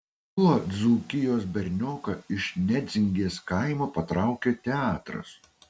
kuo dzūkijos bernioką iš nedzingės kaimo patraukė teatras